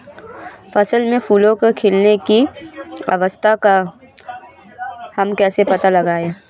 फसल में फूलों के खिलने की अवस्था का हम कैसे पता लगाएं?